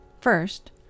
First